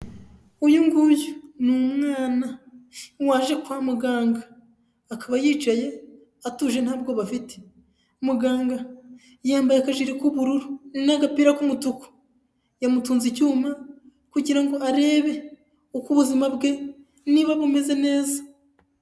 Uyu nguyu ni umwana waje kwa muganga akaba yicaye atuje ntabwoba afite, muganga yambaye akajiri k'ubururu n'agapira k'umutuku yamutunze icyuma kugira ngo arebe uko ubuzima bwe niba bumeze neza.